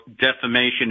defamation